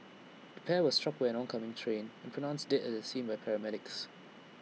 the pair were struck by an oncoming train and pronounced dead at the scene by paramedics